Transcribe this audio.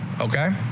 Okay